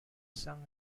sung